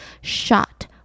shot